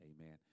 amen